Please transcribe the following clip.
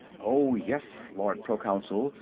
oh, yes, lord proconsul,